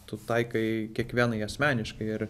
tu taikai kiekvienai asmeniškai ir